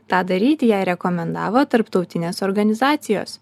tą daryti jai rekomendavo tarptautinės organizacijos